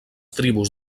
tribus